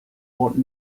bought